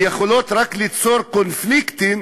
ויכולה רק ליצור קונפליקטים